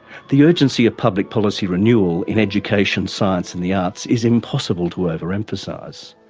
the urgency of public policy renewal in education, science and the arts is impossible to over emphasise.